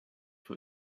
for